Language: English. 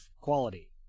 quality